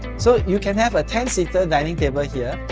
so you can have a ten seater dining table here,